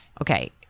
okay